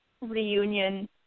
reunion